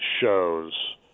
shows